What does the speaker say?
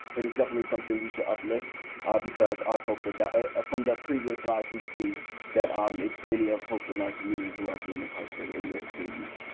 but it's definitely something we should uplift because our folks are from the previous slides, we see that um it's many of folks in our community who are being incarcerated in their their youth.